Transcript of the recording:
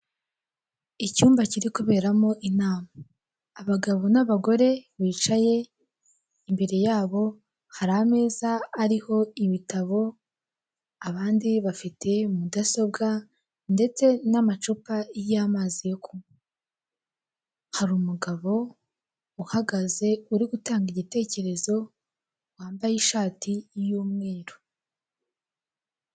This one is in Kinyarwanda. Icyumba kiri kuberamo inama abagabo n'abagore bicaye imbere yabo hari ameza ariho ibitabo abandi bafite mudasobwa ndetse n'amacupa y'amazi yo kunywa, hari umugabo uhagaze uri gutanga igitekerezo wambaye ishati y'umweru.